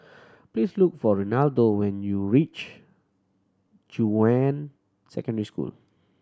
please look for Renaldo when you reach Junyuan Secondary School